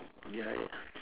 ya ya